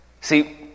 See